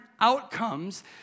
outcomes